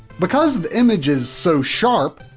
because the image is so sharp,